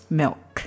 milk